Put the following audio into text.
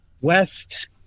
west